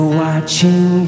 watching